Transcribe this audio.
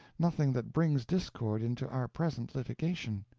nothing that brings discord into our present litigation.